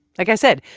like i said,